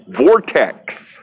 Vortex